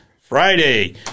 Friday